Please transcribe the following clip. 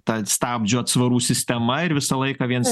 ta stabdžių atsvarų sistema ir visą laiką viens